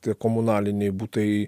tie komunaliniai butai